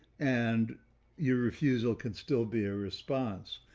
and your refusal can still be ah response.